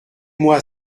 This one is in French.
moi